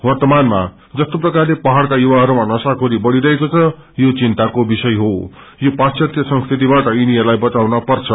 वर्तमानमा जस्तो प्रकारले पहाड़का युवाहरूमा नशाखेरी बढ़िरहेको छ यो चिन्ताको विषयहों यो पाश्चातय संस्कृतिबाट यिनीहरूलाई बचाउन पर्छ